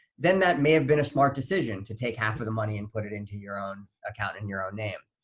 then that may have been a smart decision, to take half of the money and put it into your own account in your own name.